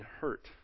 hurt